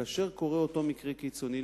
כאשר קורה אותו מקרה קיצוני,